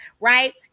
right